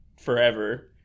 forever